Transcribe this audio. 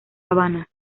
habana